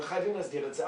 וחייבים להסדיר את זה.